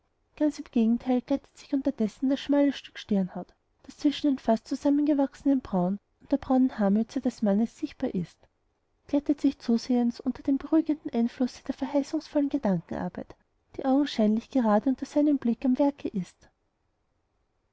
ganz im gegenteil glättet sich unterdessen das schmale stück stirnhaut das zwischen den fast zusammengewachsenen brauen und der braunen haarmütze des mannes sichtbar ist glättet sich zusehends unter dem beruhigenden einflusse der verheißungsvollen gedankenarbeit die augenscheinlich gerade unter seinem blick am werke ist